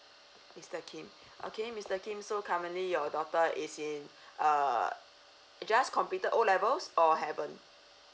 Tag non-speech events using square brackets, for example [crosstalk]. mister kim [breath] okay mister kim so currently your daughter is in [breath] uh just computer O levels or haven't